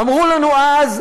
אמרו לנו אז,